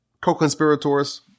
co-conspirators